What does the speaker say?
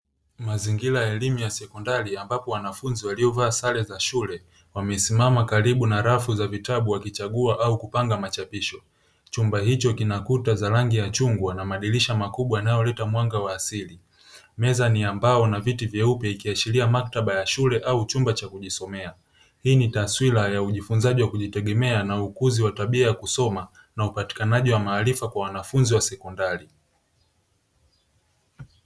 Mazingira ya sekondari ambapo wanafunzi waliovaa sare za shule wamesimama karibu na rafu za vitabu wakichagua au kupanga machapisho. Chumba hicho kina kuta za rangi ya chungwa na madirisha makubwa yanayoleta mwanga wa asili. Meza ni ya mbao na viti vyeupe ikiashiria maktaba ya shule au chumba cha kujisomea. Hii ni taswira ya ujifunzaji wa kujitegemea na ukuzi wa tabia ya kusoma na upatikanaji wa maarifa kwa wanafunzi wa sekondari.